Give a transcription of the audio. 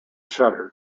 shuttered